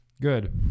Good